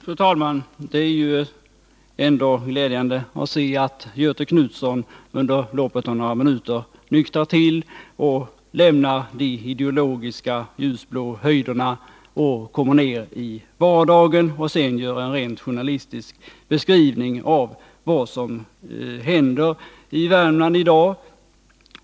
Fru talman! Det är ju glädjande att se att Göthe Knutson inom loppet av några minuter nyktrar till, lämnar de ljusblå ideologiska höjderna, kommer ned till vardagen och gör en rent journalistisk beskrivning av vad som händer i Värmland i dag.